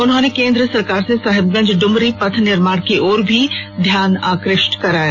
उन्होंने केन्द्र सरकार से साहेबगंज ड्मरी पथ निर्माण की ओर भी ध्यान आकृष्ट कराया